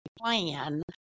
plan